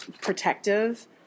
protective